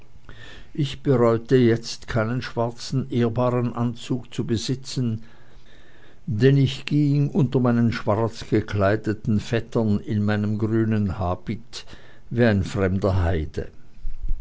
ich bereute jetzt keinen schwarzen ehrbaren anzug zu besitzen denn ich ging unter meinen schwarzgekleideten vettern in meinem grünen habit wie ein fremder heide